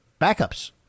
backups